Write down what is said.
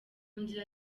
nzira